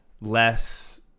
less